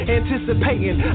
anticipating